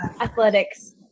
athletics